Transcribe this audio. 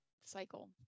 cycle